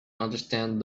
understand